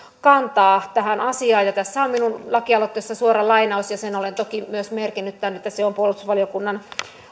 kantaa tähän asiaan ja tässä minun lakialoitteessani on suora lainaus ja sen olen toki myös merkinnyt tänne että se on puolustusvaliokunnan